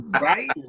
Right